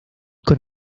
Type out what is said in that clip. con